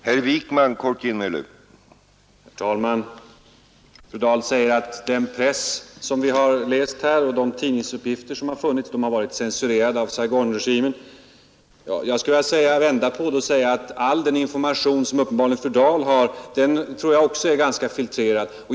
Herr talman! Fru Dahl sade att den press som vi har läst här och de tidningsuppgifter som förekommit har varit censurerade av Saigonregimen. Jag skulle emellertid vilja vända på det och säga att all den information som fru Dahl uppenbarligen har också är ganska filtrerad.